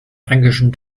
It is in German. fränkischen